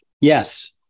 Yes